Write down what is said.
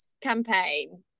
campaign